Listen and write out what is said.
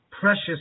precious